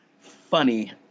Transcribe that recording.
funny